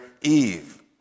Eve